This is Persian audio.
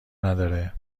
نداره